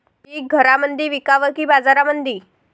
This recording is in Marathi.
पीक घरामंदी विकावं की बाजारामंदी?